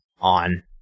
on